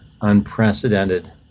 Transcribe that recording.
unprecedented